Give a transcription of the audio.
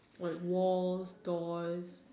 like walls doors